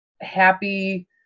happy